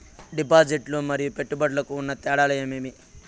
డిపాజిట్లు లు మరియు పెట్టుబడులకు ఉన్న తేడాలు ఏమేమీ?